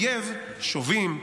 אויב שובים,